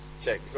check